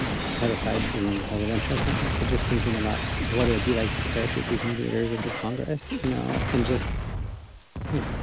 um set aside in presidential things, but just thinking about what it would be like to parachute these mediators into congress, you know, and just think,